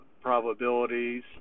probabilities